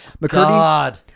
McCurdy